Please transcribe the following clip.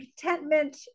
contentment